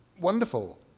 wonderful